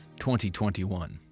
2021